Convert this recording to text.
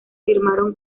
firmaron